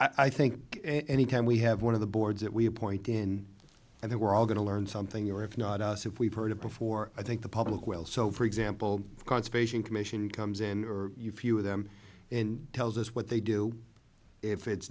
i think any can we have one of the boards that we have point in and they were all going to learn something or if not us if we've heard it before i think the public well so for example conservation commission comes in or few of them and tells us what they do if it's